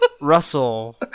Russell